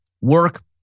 work